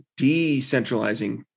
decentralizing